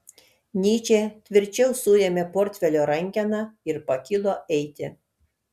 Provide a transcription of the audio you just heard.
nyčė tvirčiau suėmė portfelio rankeną ir pakilo eiti